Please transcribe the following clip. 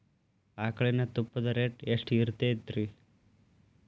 ಆಕಳಿನ ತುಪ್ಪದ ರೇಟ್ ಎಷ್ಟು ಇರತೇತಿ ರಿ?